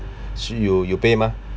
she you you pay mah